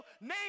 Name